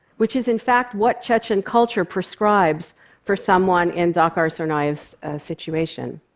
which is in fact what chechen culture prescribes for someone in dzhokhar tsarnaev's situation.